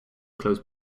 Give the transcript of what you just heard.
close